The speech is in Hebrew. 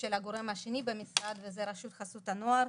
הגורם השני במשרד רשות חסות הנוער.